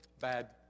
bad